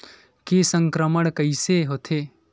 के संक्रमण कइसे होथे?